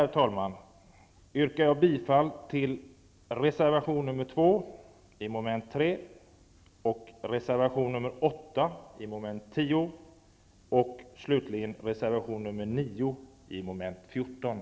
Jag yrkar bifall till reservation nr 2